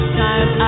time